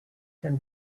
can